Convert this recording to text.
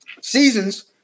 seasons